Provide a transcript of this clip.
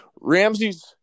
Ramsey's